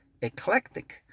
Eclectic